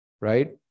right